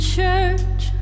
church